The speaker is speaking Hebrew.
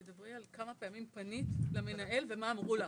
תדברי על כמה פעמים פנית למנהל ומה אמרו לך.